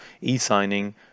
e-signing